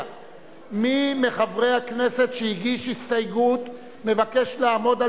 מי מחברי הכנסת שהגיש הסתייגות מבקש לעמוד על